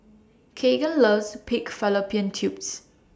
Kegan loves Pig Fallopian Tubes